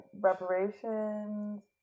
reparations